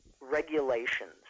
regulations